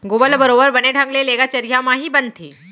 गोबर ल बरोबर बने ढंग ले लेगत चरिहा म ही बनथे